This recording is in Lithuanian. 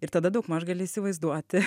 ir tada daugmaž gali įsivaizduoti